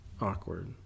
Awkward